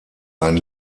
ein